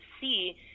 see